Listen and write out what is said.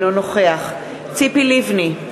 אינו נוכח ציפי לבני,